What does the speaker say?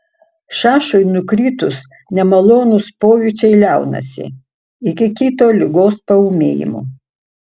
šašui nukritus nemalonūs pojūčiai liaunasi iki kito ligos paūmėjimo